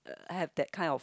have that kind of